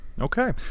Okay